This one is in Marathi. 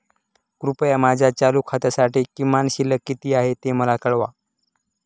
कृपया माझ्या चालू खात्यासाठी किमान शिल्लक किती आहे ते मला कळवा